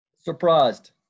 Surprised